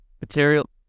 Material